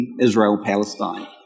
Israel-Palestine